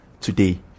today